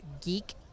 geek